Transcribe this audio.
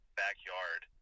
backyard